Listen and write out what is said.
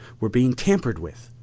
were being tampered with!